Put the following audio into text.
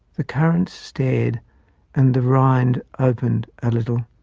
the currants stared and the rind opened a little.